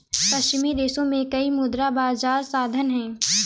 पश्चिमी देशों में कई मुद्रा बाजार साधन हैं